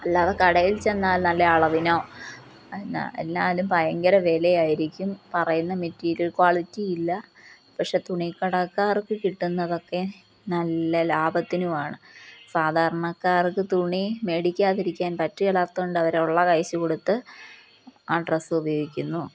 അല്ലാതെ കടയിൽ ചെന്നാൽ നല്ല അളവിനോ എന്നാൽ എല്ലാത്തിനും ഭയങ്കര വിലയായിരിക്കും പറയുന്ന മെറ്റീരിയൽ ക്വാളിറ്റി ഇല്ല പക്ഷെ തുണിക്കടക്കാർക്ക് കിട്ടുന്നതൊക്കെ നല്ല ലാഭത്തിനുമാണ് സാധാരണക്കാർക്ക് തുണി വേടിക്കാതിരിക്കാൻ പറ്റുകേലാത്തതുകൊണ്ട് അവർ ഉള്ള കൈസ് കൊടുത്ത് ആ ഡ്രസ്സ് ഉപയോഗിക്കുന്നു